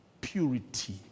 purity